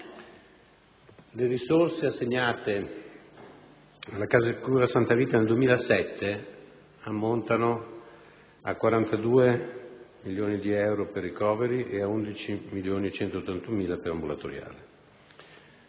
Le risorse assegnate alla casa di cura Santa Rita nel 2007 ammontano a 42 milioni di euro per i ricoveri e a 11.181.000 per l'ambulatoriale.